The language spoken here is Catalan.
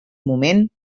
moment